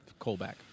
callback